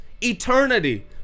eternity